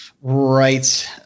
Right